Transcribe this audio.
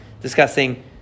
discussing